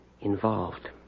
involved